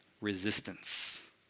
resistance